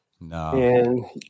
No